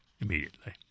immediately